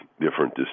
different